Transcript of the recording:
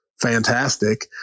fantastic